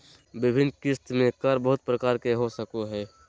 विभिन्न किस्त में कर बहुत प्रकार के हो सको हइ